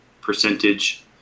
percentage